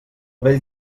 vell